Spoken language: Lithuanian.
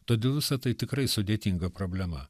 todėl visa tai tikrai sudėtinga problema